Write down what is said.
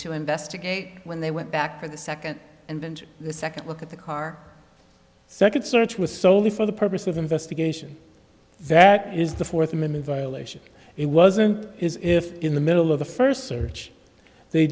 to investigate when they went back for the second and the second look at the car second search was solely for the purpose of investigation that is the fourth amendment violation it wasn't his if in the middle of the first search they